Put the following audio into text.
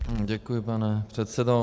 Děkuji, pane předsedo.